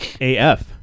AF